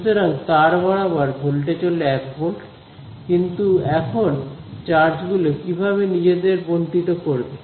সুতরাং তার বরাবর ভোল্টেজ হল 1 ভোল্ট কিন্তু এখন চার্জ গুলো কিভাবে নিজেদের বন্টিত করবে